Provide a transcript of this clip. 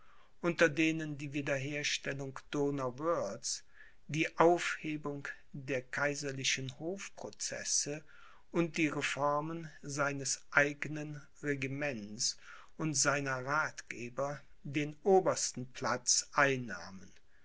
unter denen die wiederherstellung donauwörths die aufhebung der kaiserlichen hofprocesse und die reformen seines eignen regiments und seiner rathgeber den obersten platz einnahmen